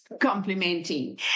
complimenting